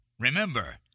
Remember